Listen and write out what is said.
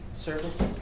service